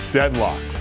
deadlock